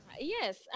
yes